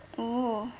oo